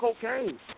cocaine